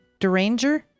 Deranger